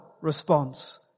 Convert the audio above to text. response